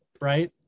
right